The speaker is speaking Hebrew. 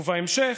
ובהמשך: